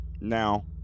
Now